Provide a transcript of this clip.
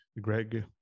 greg